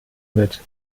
mit